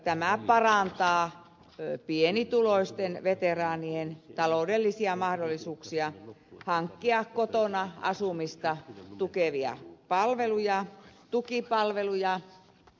tämä parantaa pienituloisten veteraanien taloudellisia mahdollisuuksia hankkia kotona asumista tukevia palveluja tukipalveluja